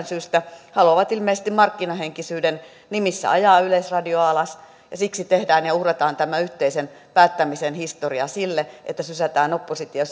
syystä haluavat ilmeisesti markkinahenkisyyden nimissä ajaa yleisradioa alas ja siksi tehdään ja uhrataan tämä yhteisen päättämisen historia sille että sysätään oppositio